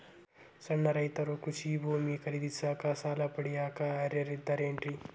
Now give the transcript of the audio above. ಸಣ್ಣ ರೈತರು ಕೃಷಿ ಭೂಮಿ ಖರೇದಿಸಾಕ, ಸಾಲ ಪಡಿಯಾಕ ಅರ್ಹರಿದ್ದಾರೇನ್ರಿ?